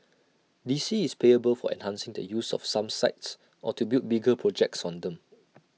D C is payable for enhancing the use of some sites or to build bigger projects on them